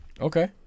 Okay